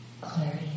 clarity